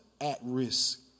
at-risk